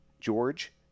George